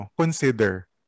consider